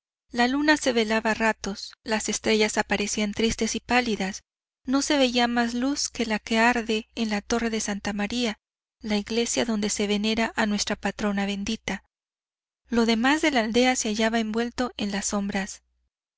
la luna se velaba a ratos las estrellas aparecían tristes y pálidas no se veía más luz que la que arde en la torre de santa maría la iglesia donde se venera a nuestra patrona bendita lo demás de la aldea se hallaba envuelto en las sombras